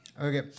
Okay